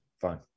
Fine